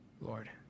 Lord